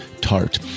tart